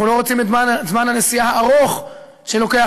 אנחנו לא רוצים את זמן הנסיעה הארוך שלוקח